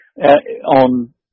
On